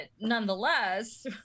nonetheless